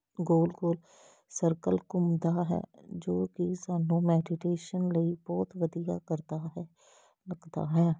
ਗੋਲ ਗੋਲ ਸਰਕਲ ਘੁੰਮਦਾ ਹੈ ਜੋ ਕਿ ਸਾਨੂੰ ਮੈਡੀਟੇਸ਼ਨ ਲਈ ਬਹੁਤ ਵਧੀਆ ਕਰਦਾ ਹੈ ਲੱਗਦਾ ਹੈ